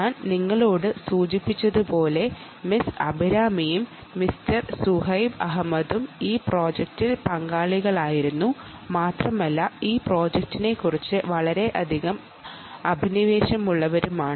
ഞാൻ നിങ്ങളോട് സൂചിപ്പിച്ചതുപോലെ മിസ് അഭിരാമിയും മിസ്റ്റർ സുഹൈബ് അഹമ്മദും ഈ പ്രോജക്റ്റിൽ പങ്കാളികളായിരുന്നു മാത്രമല്ല ഈ പ്രോജക്റ്റിനെക്കുറിച്ച് വളരെയധികം അഭിനിവേശമുള്ളവരുമാണ്